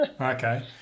Okay